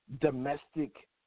domestic